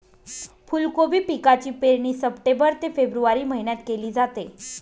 फुलकोबी पिकाची पेरणी सप्टेंबर ते फेब्रुवारी महिन्यात केली जाते